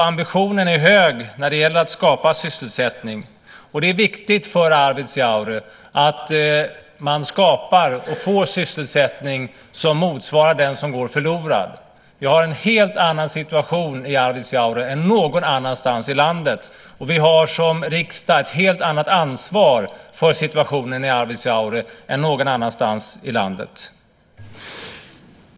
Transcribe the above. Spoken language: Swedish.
Ambitionen är hög när det gäller att skapa sysselsättning, och det är viktigt för Arvidsjaur att man skapar och får sysselsättning som motsvarar den som går förlorad. Vi har en helt annan situation i Arvidsjaur än någon annanstans i landet, och vi har som riksdag ett helt annat ansvar för situationen i Arvidsjaur än någon annanstans i landet.